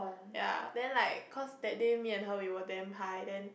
ya then like cause that day me and her we were damn high then